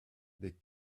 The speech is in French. des